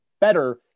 better